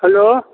hello